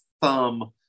thumb